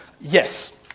Yes